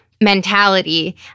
mentality